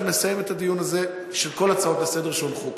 נסיים את הדיון הזה של כל ההצעות לסדר-היום שהונחו כאן.